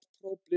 problem